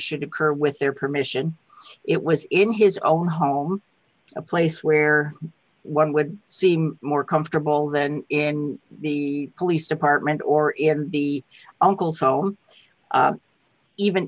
should occur with their permission it was in his own home a place where one would seem more comfortable than in the police department or in the uncle's home even